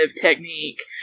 technique